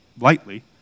lightly